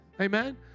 Amen